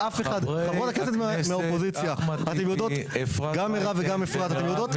חברות הכנסת מהאופוזיציה, אתן יודעות